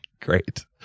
Great